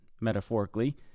metaphorically